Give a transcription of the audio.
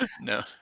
no